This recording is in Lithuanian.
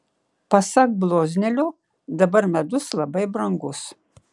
pasak bloznelio dabar medus labai brangus